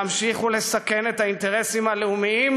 להמשיך לסכן את האינטרסים הלאומיים